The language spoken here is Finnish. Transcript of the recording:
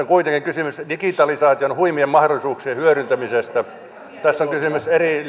kuitenkin kysymys digitalisaation huimien mahdollisuuksien hyödyntämisestä tässä on kysymys eri